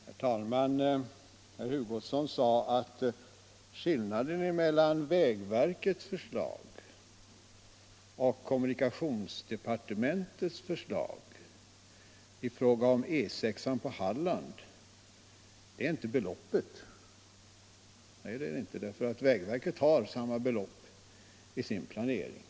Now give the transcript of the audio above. Herr talman! Herr Hugosson sade att skillnaden mellan vägverkets och kommunikationsdepartementets förslag i fråga om E 6 i Halland inte är beloppet. Nej, det är det inte. Vägverket har samma belopp i sin planering.